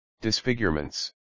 Disfigurements